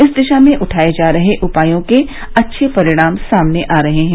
इस दिशा में उठाए जा रहे उपायों के अच्छे परिणाम सामने आ रहे हैं